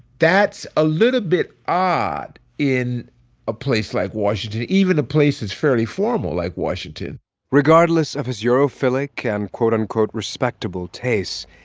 that's a little bit odd in a place like washington, even a place that's fairly formal like washington regardless of his europhilic and, quote-unquote, respectable tastes,